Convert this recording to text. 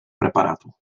preparatu